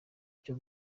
cyo